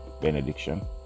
benediction